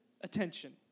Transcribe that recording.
attention